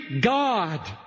God